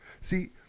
See